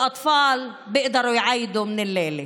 והילדים יכולים לברך ברכות לחג מהלילה.)